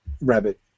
rabbit